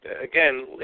again